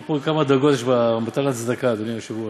פירטו כמה דרגות יש במתן הצדקה, אדוני היושב-ראש.